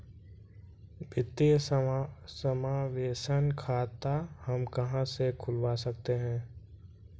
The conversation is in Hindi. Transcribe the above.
वित्तीय समावेशन खाता हम कहां से खुलवा सकते हैं?